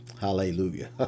hallelujah